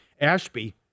Ashby